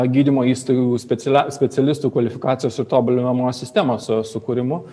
gydymo įstaigų specialia specialistų kvalifikacijos ir tobulinamos sistemos sukūrimu